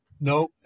No